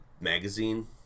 magazine